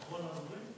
הוא אחרון הדוברים?